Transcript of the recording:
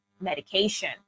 medication